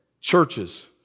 churches